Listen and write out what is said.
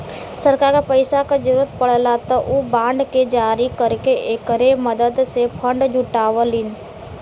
सरकार क पैसा क जरुरत पड़ला त उ बांड के जारी करके एकरे मदद से फण्ड जुटावलीन